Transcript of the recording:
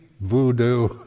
voodoo